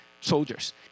soldiers